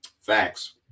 Facts